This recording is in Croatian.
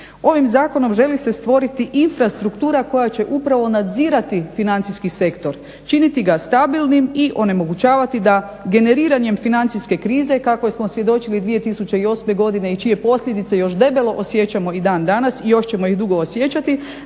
Ovim zakonom želi se stvoriti infrastruktura koja će upravo nadzirati financijski sektor, činiti ga stabilnim i onemogućavati da generiranjem financijske krize kakvoj smo svjedočili 2008. godine i čije posljedice još debelo osjećamo i dan danas i još ćemo ih dugo osjećati,